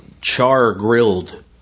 char-grilled